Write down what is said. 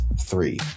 three